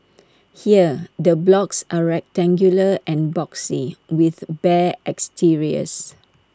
here the blocks are rectangular and boxy with bare exteriors